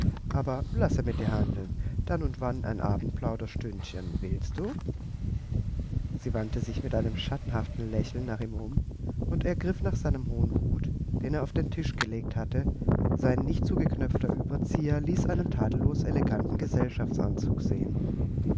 aber lasse mit dir handeln dann und wann ein abendplauderstündchen willst du sie wandte sich mit einem schattenhaften lächeln nach ihm um und er griff nach seinem hohen hut den er auf den tisch gelegt hatte sein nicht zugeknöpfter ueberzieher ließ einen tadellos eleganten gesellschaftsanzug sehen